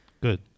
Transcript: Good